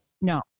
No